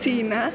China